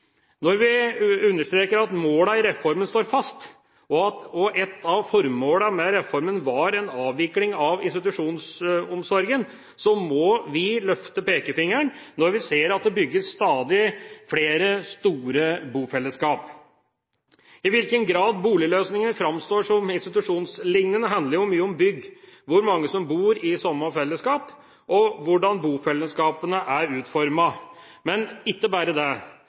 Når vi understreker at målene i reformen står fast, og at ett av formålene med reformen var en avvikling av institusjonsomsorgen, må vi løfte pekefingeren når vi ser at det bygges stadig flere store bofellesskap. I hvilken grad boligløsningene framstår som institusjonslignende, handler jo mye om bygg, hvor mange som bor i samme fellesskap, og hvordan bofellesskapene er utformet. Men ikke bare det: